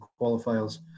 qualifiers